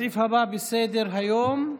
בסדר-היום,